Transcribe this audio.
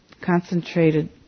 concentrated